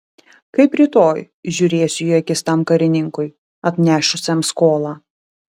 kaip rytoj žiūrėsiu į akis tam karininkui atnešusiam skolą